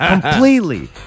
completely